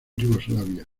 yugoslavia